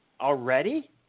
Already